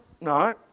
no